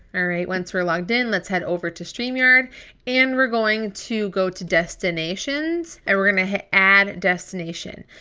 all right, once we're logged in, let's head over to streamyard and we're going to go to destinations and we're going to hit add destination.